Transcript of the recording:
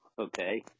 okay